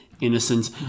innocent